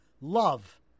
Love